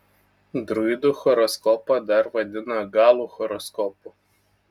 druidų horoskopą dar vadina galų horoskopu